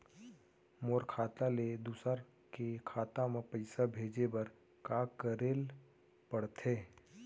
मोर खाता ले दूसर के खाता म पइसा भेजे बर का करेल पढ़थे?